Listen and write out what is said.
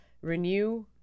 renew